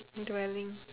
onto my link